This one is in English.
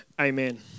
Amen